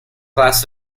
glass